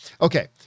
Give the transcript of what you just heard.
Okay